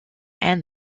and